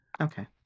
Okay